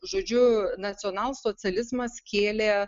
žodžiu nacionalsocializmas kėlė